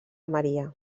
maria